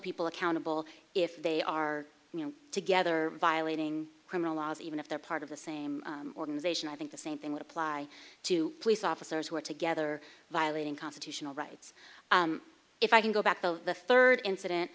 people accountable if they are together violating criminal laws even if they're part of the same organization i think the same thing would apply to police officers who are together violating constitutional rights if i can go back to the third incident